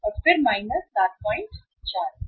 और फिर माइनस 74